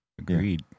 Agreed